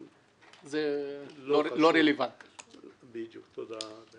אתם תבחנו גם את נושא ערבות מדינה לרכישת ציוד חדש?